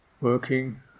working